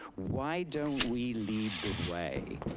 why don't we lead the way?